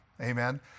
Amen